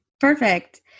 Perfect